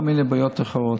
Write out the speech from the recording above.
כל מיני בעיות אחרות.